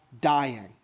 dying